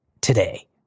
Today